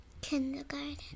kindergarten